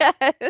Yes